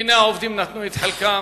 והנה, העובדים נתנו את חלקם,